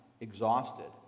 exhausted